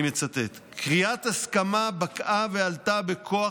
אני מצטט: קריאת הסכמה בקעה ועלתה בכוח